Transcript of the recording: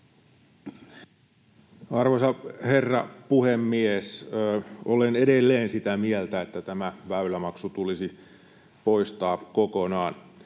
Arvoisa herra puhemies! Olen edelleen sitä mieltä, että tämä väylämaksu tulisi poistaa kokonaan.